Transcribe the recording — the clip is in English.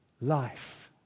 life